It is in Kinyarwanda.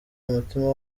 umutima